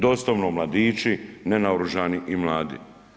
Doslovno mladići nenaoružani i mladi.